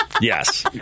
Yes